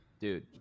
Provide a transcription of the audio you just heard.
dude